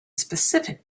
specific